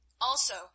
Also